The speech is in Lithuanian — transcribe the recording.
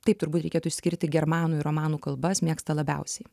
taip turbūt reikėtų išskirti germanų ir romanų kalbas mėgsta labiausiai